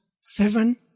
seven